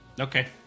Okay